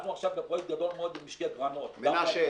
אנחנו עכשיו בפרויקט גדול מאוד עם משתלת גרנות גם בעניין הזה.